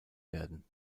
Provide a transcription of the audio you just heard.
werden